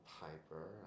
Piper